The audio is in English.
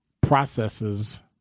processes